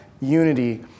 unity